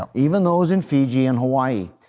um even those in fiji and hawaii.